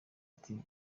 ati